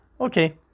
Okay